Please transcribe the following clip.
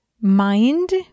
mind